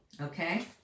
Okay